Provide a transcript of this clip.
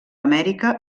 amèrica